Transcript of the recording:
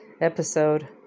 episode